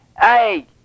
Hey